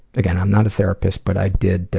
again, i'm not a therapist, but i did,